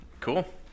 Cool